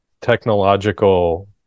technological